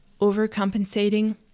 overcompensating